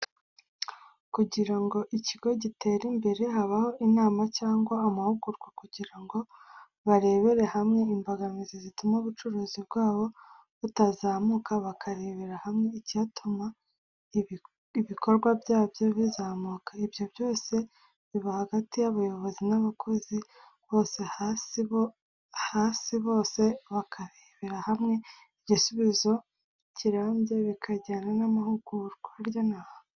Kugirango ikigo gitere imbere habaho inama cyangwa amahugurwa kugirango barebere hamwe imbogamizi zituma ubucuruzi bwabo butazamuka bakarebera hamwe icyatuma ibikorwa byabo bizamuka ibyo byose biba hagati yabayobozi n'abakozi bohasi bose bakarebera hamwe igisubizo kirambye bikajyana namahugurwa.